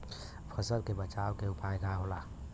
फसल के बचाव के उपाय का होला?